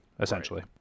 essentially